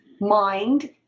mind